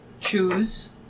choose